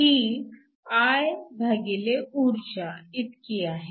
ही I भागिले ऊर्जा इतकी आहे